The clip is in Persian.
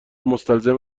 مستلزم